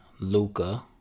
Luca